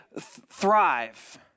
thrive